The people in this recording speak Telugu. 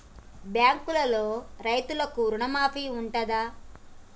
బ్యాంకులో రైతులకు రుణమాఫీ ఉంటదా?